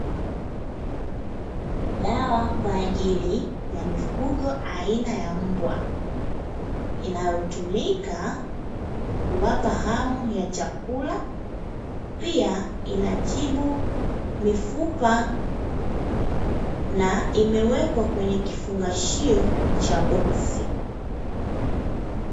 Dawa kwa ajili ya mifugo aina ya mbwa inayotumika kuwapa hamu ya chakula, pia inatibu mifupa na imewekwa kwenye kifungashio cha boksi.